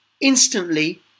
instantly